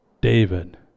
David